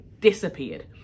Disappeared